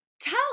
tell